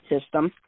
system